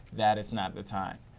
that is not the time.